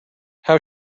how